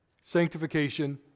sanctification